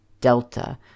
delta